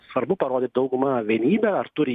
svarbu parodyt dauguma vienybę ar turi